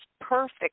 perfect